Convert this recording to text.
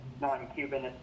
non-Cuban